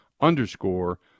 underscore